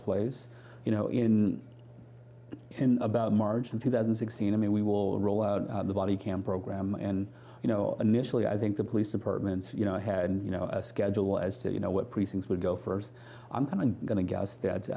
place you know in about margin two thousand and sixteen i mean we will roll out the body cam program and you know initially i think the police departments you know i had you know a schedule as to you know what precincts would go first i'm kind of going to guess that